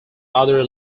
other